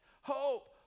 Hope